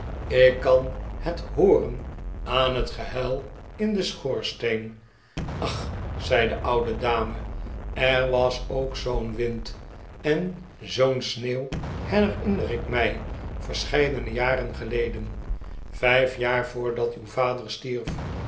ik kan het hooren aan het gehuil in den schoorsteen ah zei de oude dame er was ook zoo'n wind en zoo'n sneeuw herinner ik mij verscheidene jaren geleden vijf jaar voordat uw vader stierf